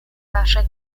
wasze